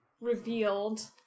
revealed